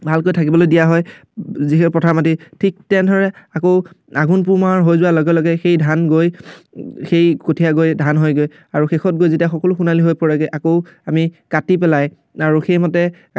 ভালকৈ থাকিবলৈ দিয়া হয় যিহে পথাৰৰ মাটি ঠিক তেনেদৰে আকৌ আঘোণ পুহ মাহ হৈ যোৱাৰ লগে লগে সেই ধান গৈ সেই কঠীয়া গৈ ধান হয় গৈ আৰু শেষত গৈ যেতিয়া সকলো সোণালী হৈ পৰেগৈ আকৌ আমি কাটি পেলাই আৰু সেই মতে